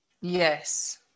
Yes